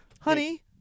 honey